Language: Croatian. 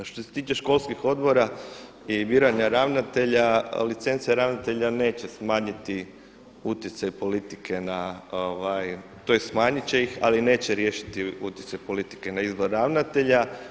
Što se tiče školskih odbora i biranja ravnatelja, licence ravnatelja neće smanjiti utjecaj politike tj. smanjit će ih ali neće riješiti utjecaj politike na izbor ravnatelja.